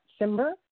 Simber